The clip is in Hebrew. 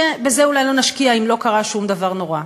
שבזה אולי לא נשקיע, אם לא קרה שום דבר נורא.